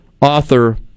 author